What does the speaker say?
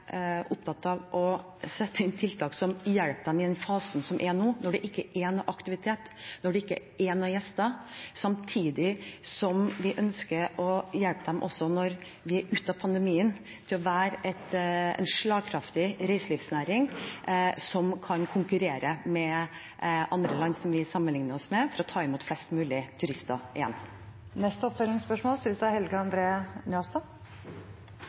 opptatt av å sette inn tiltak som hjelper dem i den fasen som er nå, når det ikke er noen aktivitet, når det ikke er noen gjester, samtidig som vi ønsker å hjelpe dem også når vi er ute av pandemien, til å være en slagkraftig reiselivsnæring som kan konkurrere med andre land vi sammenligner oss med, for å ta imot flest mulig turister igjen. Helge André Njåstad – til oppfølgingsspørsmål.